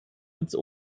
ins